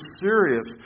serious